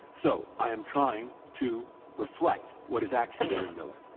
so i am trying to reflect what is actually there in miller,